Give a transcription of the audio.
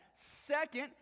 Second